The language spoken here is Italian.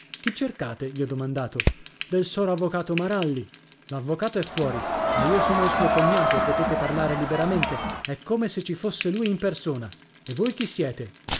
chi cercate gli ho domandato del sor avvocato maralli l'avvocato è fuori ma io sono il suo cognato e potete parlare liberamente è come se ci fosse lui in persona e voi chi siete